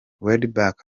welbeck